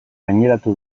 gaineratu